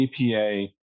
EPA